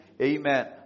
Amen